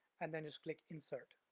and then just click insert.